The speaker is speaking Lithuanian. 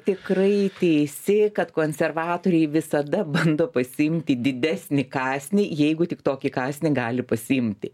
tikrai teisi kad konservatoriai visada bando pasiimti didesnį kąsnį jeigu tik tokį kąsnį gali pasiimti